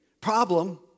Problem